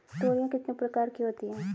तोरियां कितने प्रकार की होती हैं?